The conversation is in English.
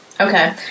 Okay